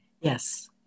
Yes